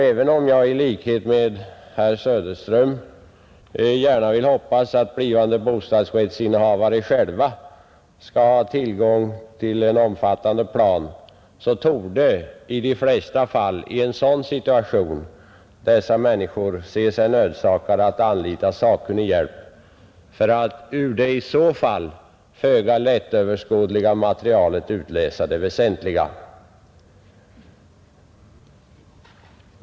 Även om jag i likhet med herr Söderström hoppas att blivande bostadsrättsinnehavare själva skall ha tillgång till en omfattande plan, tror jag att dessa människor i de flesta fall ser sig nödsakade att anlita sakkunnig hjälp för att ur det föga lättöverskådliga materialet utläsa det väsentliga.